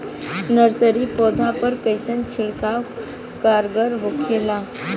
Nursery पौधा पर कइसन छिड़काव कारगर होखेला?